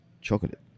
chocolate